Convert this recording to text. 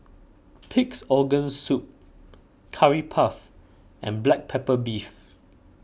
Pig's Organ Soup Curry Puff and Black Pepper Beef